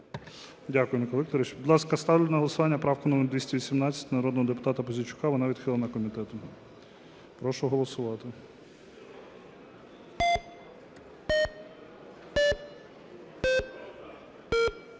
Дякую, Микола Вікторович. Будь ласка, ставлю на голосування правку номер 218 народного депутата Пузійчука. Вона відхилена комітетом. Прошу голосувати.